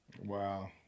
Wow